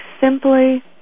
simply